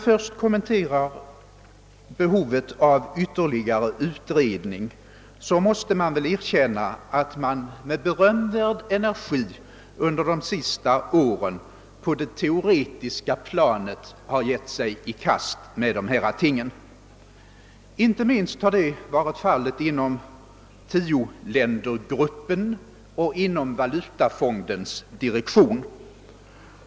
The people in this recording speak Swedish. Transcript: Beträffande behovet av ytterligare utredning måste vi väl erkänna att man med berömvärd energi under de senaste åren på det teoretiska planet har givit sig i kast med dessa ting. Inte minst har det varit fallet inom 10-ländergruppen och Internationella valutafondens direktion.